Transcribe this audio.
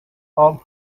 bob